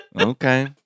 okay